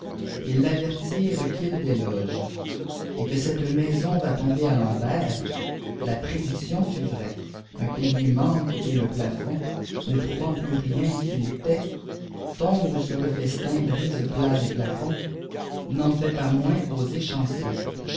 ils l'avertirent qu'il déloge et que cette maison va tomber à l'envenr la prédiction iîit vraie un pilier manque et le plafond ne trouvant plus rien qui l'étaie tombe sur le festin brise plats et fiacons n'en fait pas moins aux